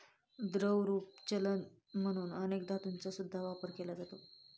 द्रवरूप चलन म्हणून अनेक धातूंचा सुद्धा वापर केला जातो